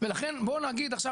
ולכן בוא נגיד עכשיו,